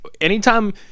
anytime